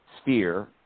sphere